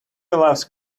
loves